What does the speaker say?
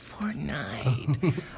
Fortnite